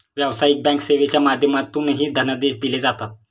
व्यावसायिक बँक सेवेच्या माध्यमातूनही धनादेश दिले जातात